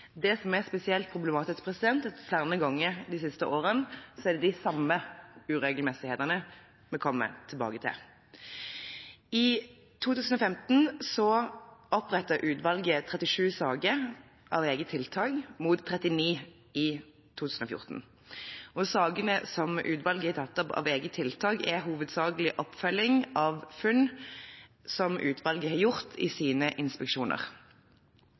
Det som er spesielt problematisk, er at flere ganger de siste årene er det de samme uregelmessighetene vi kommer tilbake til. I 2015 opprettet utvalget 37 saker av eget tiltak mot 39 i 2014. Sakene som utvalget har tatt opp av eget tiltak, er hovedsakelig oppfølging av funn som utvalget har gjort i sine inspeksjoner.